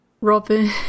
Robin